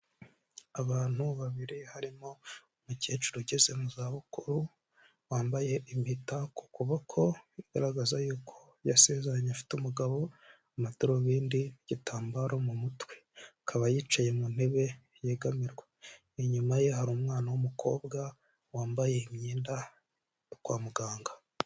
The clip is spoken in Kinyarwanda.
Abantu babiri harimo umukecuru ugeze mu za bukuru, wambaye impeta ku kuboko, bigaragaza yuko yasezeranye afite umugabo, amadarubindi n'igitambaro mu mutwe. Akaba yicaye mu ntebe yegamirwa. Inyuma ye hari umwana w'umukobwa, wambaye imyenda yo kwa muganga.